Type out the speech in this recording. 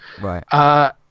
Right